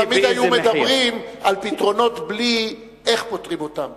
תמיד היו מדברים על פתרונות, בלי איך פותרים אותם.